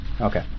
Okay